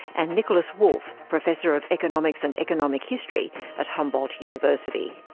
and nikolaus wolf, professor of economics and economic history at humboldt university.